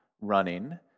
running